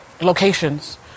locations